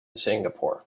singapore